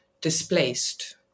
displaced